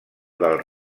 del